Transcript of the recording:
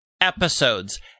episodes